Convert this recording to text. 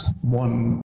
one